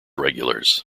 regulars